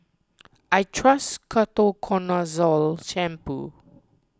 I trust Ketoconazole Shampoo